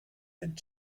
den